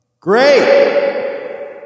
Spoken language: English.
Great